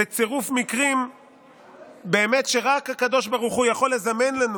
באמת צירוף מקרים שרק הקדוש ברוך הוא יכול לזמן לנו.